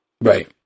Right